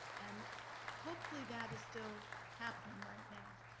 and hopefully, that is still happening right now.